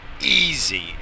easy